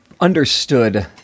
understood